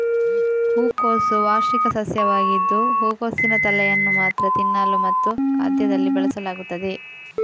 ಹೂಕೋಸು ವಾರ್ಷಿಕ ಸಸ್ಯವಾಗಿದ್ದು ಹೂಕೋಸಿನ ತಲೆಯನ್ನು ಮಾತ್ರ ತಿನ್ನಲು ಮತ್ತು ಖಾದ್ಯದಲ್ಲಿ ಬಳಸಲಾಗುತ್ತದೆ